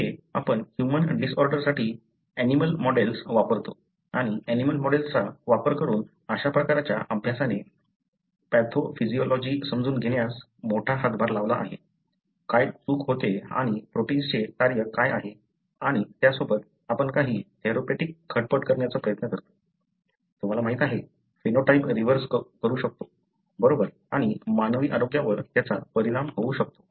येथे आपण ह्यूमन डिसऑर्डरसाठी ऍनिमलं मॉडेल्स वापरतो आणि ऍनिमलं मॉडेल्सचा वापर करून अशा प्रकारच्या अभ्यासाने पॅथोफिजियोलॉजी समजून घेण्यास मोठा हातभार लावला आहे काय चूक होते आणि प्रोटिन्सचे कार्य काय आहे आणि त्यासोबत आपण काही थेरप्यूटिक् खटपट करण्याचा प्रयत्न करतो तुम्हाला माहीत आहे फेनोटाइप रिव्हर्स करू शकतो बरोबर आणि मानवी आरोग्यावर त्याचा परिणाम होऊ शकतो